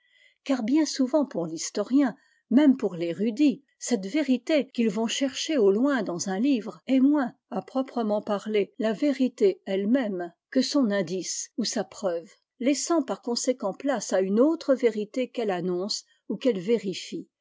car bien souvent pour l'historien même pour l'érudit cette vérité qu'ils vont chercher au loin dans un livre est moins à proprement parler la vérité elle-même que son indice ou sa preuve laissant par conséquent place à une autre vérité qu'elle annonce ou qu'elle vérine